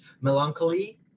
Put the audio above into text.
melancholy